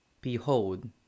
Behold